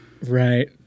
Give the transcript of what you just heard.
Right